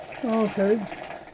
Okay